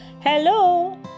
Hello